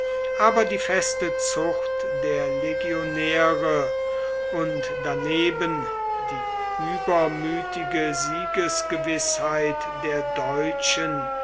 aber die feste zucht der legionäre und daneben die übermütige siegesgewißheit der deutschen